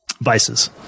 vices